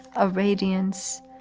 a radiance,